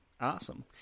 Awesome